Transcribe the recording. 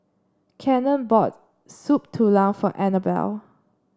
Cannon bought Soup Tulang for Annabelle